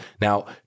Now